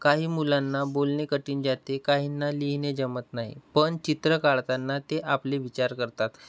काही मुलांना बोलणे कठीण जाते काहींना लिहिणे जमत नाही पण चित्र काढतांना ते आपले विचार करतात